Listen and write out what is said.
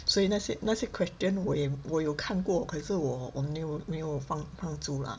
所以那些那些 question 我也我有看过可是我没有没有放放足啦